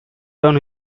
down